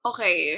Okay